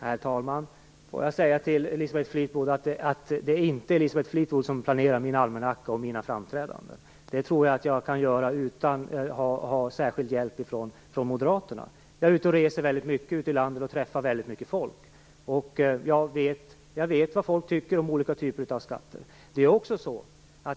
Herr talman! Får jag säga till Elisabeth Fleetwood, att det inte är Elisabeth Fleetwood som planerar min almanacka och mina framträdanden. Det tror jag att jag kan göra utan att ha särskild hjälp från Moderaterna. Jag är ute och reser väldigt mycket i landet och träffar väldigt många människor. Jag vet vad människor tycker om olika typer av skatter.